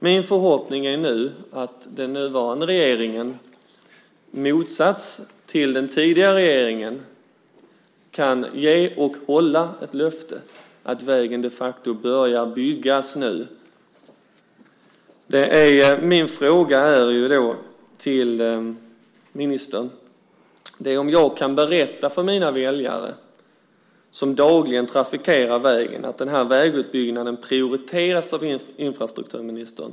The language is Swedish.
Min förhoppning är att den nuvarande regeringen, i motsats till den tidigare regeringen, kan ge och hålla ett löfte om att vägen nu ska börja byggas. Min fråga till ministern är: Kan jag berätta för mina väljare som dagligen trafikerar den här vägen att utbyggnaden av denna väg prioriteras av infrastrukturministern?